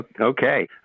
Okay